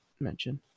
mention